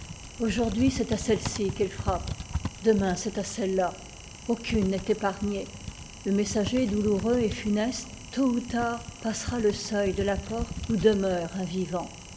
aujourd'hui c'est à celle-ci qu'il frappe demain c'est à celle-là aucune n'est épargnée le messager douloureux et funeste tôt ou tard passera le seuil de la porte où demeure un vi